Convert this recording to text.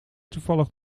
toevallig